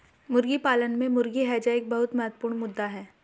मुर्गी पालन में मुर्गी हैजा एक बहुत महत्वपूर्ण मुद्दा है